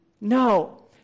No